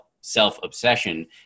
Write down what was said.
self-obsession